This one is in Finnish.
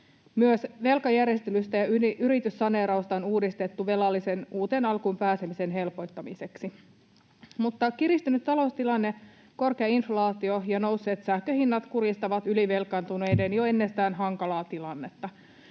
Myös velkajärjestelyä ja yrityssaneerausta on uudistettu velallisen uuteen alkuun pääsemisen helpottamiseksi. Mutta kiristynyt taloustilanne, korkea inflaatio ja nousseet sähkönhinnat kurjistavat ylivelkaantuneiden jo ennestään hankalaa tilannetta.